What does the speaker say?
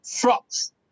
frogs